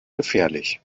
gefährlich